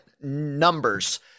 numbers